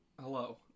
Hello